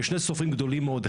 יש שני סופרים גדולים מאוד,